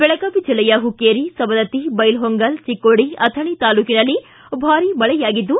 ಬೆಳಗಾವಿ ಜಿಲ್ಲೆಯ ಹುಕ್ಕೇರಿ ಸದವತ್ತಿ ಬೈಲಹೊಂಗಲ ಚಿಕ್ಕೋಡಿ ಅಥಣಿ ತಾಲೂಕಿನಲ್ಲಿ ಭಾರೀ ಮಳೆಯಾಗಿದ್ದು